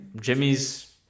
Jimmy's